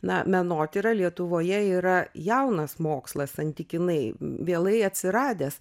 na menotyra lietuvoje yra jaunas mokslas santykinai vėlai atsiradęs